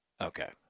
Okay